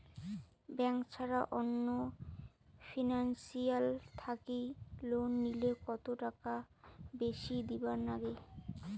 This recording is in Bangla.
ব্যাংক ছাড়া অন্য ফিনান্সিয়াল থাকি লোন নিলে কতটাকা বেশি দিবার নাগে?